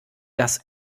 das